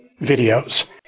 videos